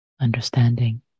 Understanding